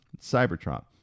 Cybertron